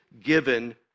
given